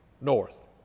north